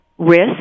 risk